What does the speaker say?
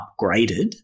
upgraded